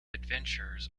adventures